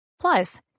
Plus